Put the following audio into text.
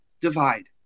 divide